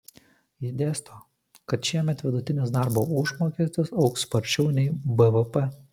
ji dėsto kad šiemet vidutinis darbo užmokestis augs sparčiau nei bvp